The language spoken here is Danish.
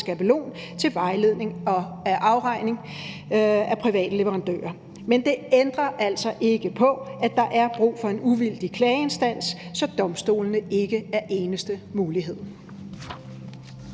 skabelon til vejledning ved afregning af private leverandører. Men det ændrer altså ikke på, at der er brug for en uvildig klageinstans, så domstolene ikke er eneste mulighed.